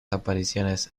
apariciones